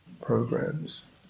programs